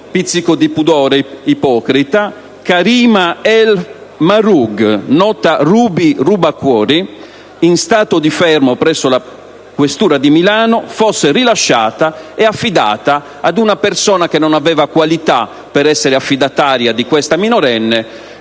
pizzico di pudore ipocrita - Karima El Mahroug, nota "Ruby Rubacuori", in stato di fermo presso la questura di Milano, fosse rilasciata ed affidata ad una persona che non aveva qualità per essere affidataria di questa minorenne,